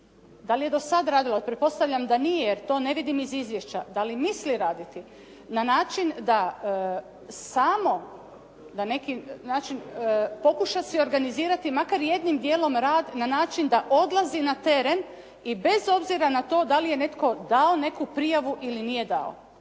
dali je do sada radilo, pretpostavljam da nije, jer to ne vidim iz izvješća, dali misli raditi na način da smo, pokuša si organizirati makar jednim dijelom rad na način da odlazi na teren i bez obzira na to dali je netko dao neku prijavu ili nije dao.